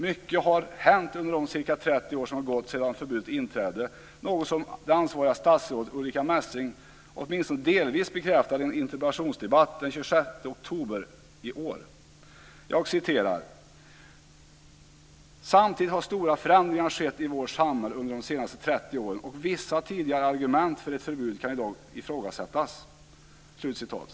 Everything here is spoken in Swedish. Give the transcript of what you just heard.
Mycket har hänt under de ca 30 år som har gått sedan förbudet trädde i kraft, något som det ansvariga statsrådet, Ulrica Messing, åtminstone delvis bekräftade i en interpellationsdebatt den 26 oktober i år. Jag citerar: "Samtidigt har stora förändringar skett i vårt samhälle under de senaste 30 åren, och vissa tidigare argument för ett förbud kan i dag ifrågasättas."